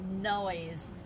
noise